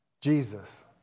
Jesus